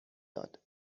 داد